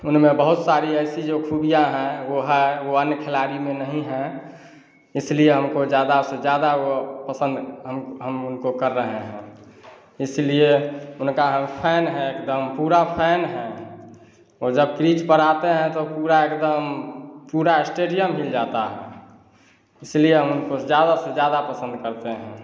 उनमें बहुत सारी ऐसी जो ख़ूबियाँ हैं वह है वह अन्य खिलाड़ी में नहीं है इसलिए हमको ज़्यादा से ज़्यादा वह पसन्द हम हम उनको कर रहे हैं इसीलिए उनका हम फ़ैन हैं एकदम पूरा फ़ैन हैं और जब क्रीज पर आते हैं तो पूरा एकदम पूरा एस्टेडियम हिल जाता है इसीलिए हम उनको ज़्यादा से ज़्यादा पसन्द करते हैं